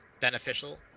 beneficial